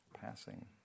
Passing